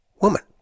woman